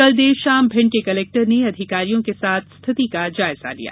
कल देर शाम भिंड के कलेक्टर ने अधिकारियों के साथ स्थिति का जायजा लिया